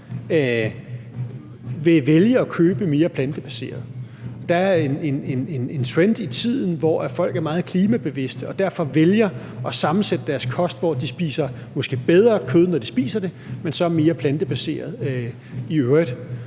vil vælge at købe mere plantebaseret. Der er en trend i tiden, hvor folk er meget klimabevidste og derfor vælger at sammensætte deres kost, sådan at de måske spiser bedre kød, når de spiser det, men så mere plantebaseret i øvrigt.